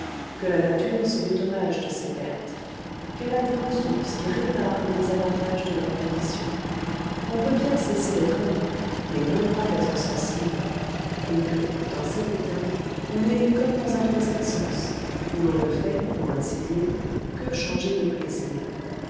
que la nature se dédommage de ses pertes qu'elle a des ressources qui réparent le désavantage de leur condition qu'on peut bien cesser d'être homme mais non pas d'être sensible et que dans cet état on est comme dans un troisième sens où l'on ne fait pour ainsi dire que changer de plaisirs